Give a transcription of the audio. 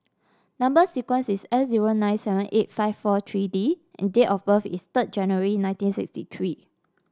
number sequence is S zero nine seven eight five four three D and date of birth is third January nineteen sixty three